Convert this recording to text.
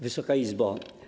Wysoka Izbo!